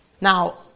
now